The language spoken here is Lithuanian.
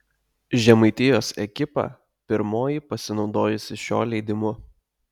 žemaitijos ekipa pirmoji pasinaudojusi šiuo leidimu